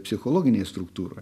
psichologinėj struktūroj